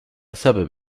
suburb